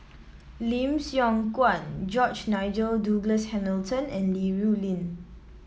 Lim Siong Guan George Nigel Douglas Hamilton and Li Rulin